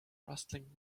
rustling